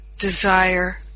desire